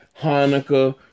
hanukkah